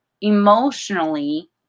emotionally